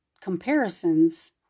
comparisons